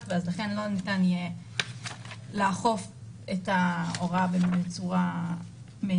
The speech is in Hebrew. ואז לכן לא ניתן יהיה לאכוף את ההוראה בצורה מיטבית,